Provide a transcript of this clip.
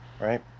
right